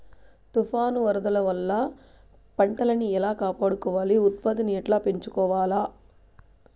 తుఫాను, వరదల వల్ల పంటలని ఎలా కాపాడుకోవాలి, ఉత్పత్తిని ఎట్లా పెంచుకోవాల?